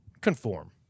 conform